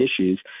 issues